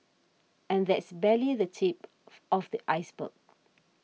and that's barely the tip of the iceberg